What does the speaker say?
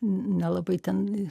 nelabai ten